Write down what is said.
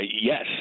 yes